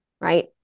right